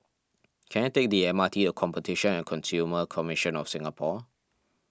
can I take the M R T or Competition and Consumer Commission of Singapore